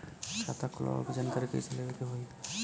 खाता खोलवावे के जानकारी कैसे लेवे के होई?